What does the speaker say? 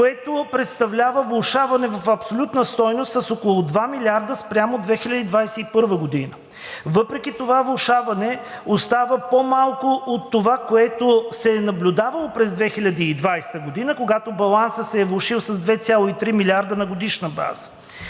което представлява влошаване в абсолютна стойност с около два милиарда, спрямо 2021 г. Въпреки това влошаване остава по-малко от това, което се е наблюдавало през 2020 г., когато балансът се е влошил с 2,3 милиарда на годишна база.